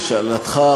לשאלתך,